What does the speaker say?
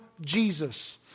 Jesus